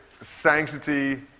Sanctity